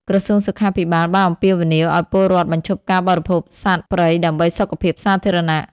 ក្រសួងសុខាភិបាលបានអំពាវនាវឱ្យពលរដ្ឋបញ្ឈប់ការបរិភោគសត្វព្រៃដើម្បីសុខភាពសាធារណៈ។